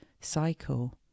cycle